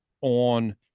on